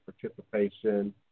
participation